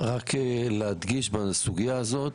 להדגיש בנקודה הזאת.